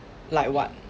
like what